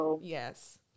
Yes